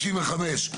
165,